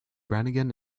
brannigan